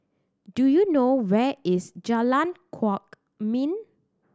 do you know where is Jalan Kwok Min